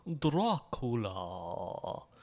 Dracula